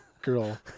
girl